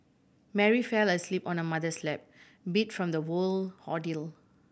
Mary fell asleep on the mother's lap beat from the ordeal